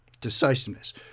decisiveness